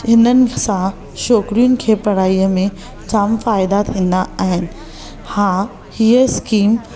हिननि सां छोकिरियुनि खे पढ़ाइअ में जामु फाइदा थींदा आहिनि हा हीअ स्कीमु